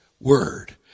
word